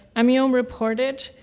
um yeah um reported,